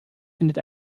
findet